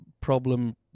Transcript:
problem